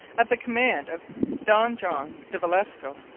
at the command of don john de velasco,